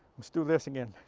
let's do this again.